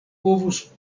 povus